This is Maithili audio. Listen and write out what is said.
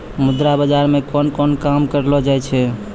मुद्रा बाजार मे कोन कोन काम करलो जाय छै